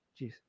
Jeez